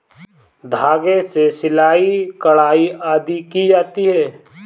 धागे से सिलाई, कढ़ाई आदि की जाती है